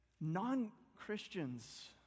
non-Christians